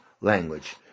language